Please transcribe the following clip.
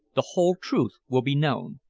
the whole truth will be known.